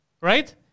right